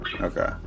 okay